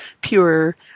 pure